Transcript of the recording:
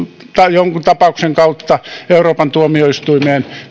jonkun tapauksen kautta euroopan tuomioistuimeen